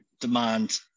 demand